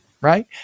right